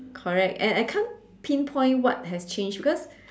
correct and I can't pinpoint what has changed because